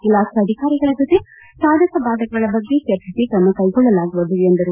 ಇಲಾಖೆ ಅಧಿಕಾರಿಗಳ ಜೊತೆ ಸಾಧಕ ಬಾಧಕಗಳ ಬಗ್ಗೆ ಚರ್ಚಿಸಿ ಕ್ರಮ ಕೈಗೊಳ್ಳಲಾಗುವುದು ಎಂದರು